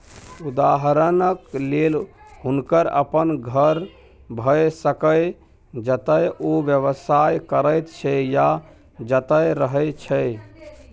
उदहारणक लेल हुनकर अपन घर भए सकैए जतय ओ व्यवसाय करैत छै या जतय रहय छै